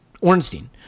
Ornstein